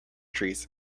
trees